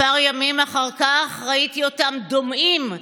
כמה ימים אחר כך ראיתי אותם דומעים,